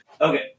Okay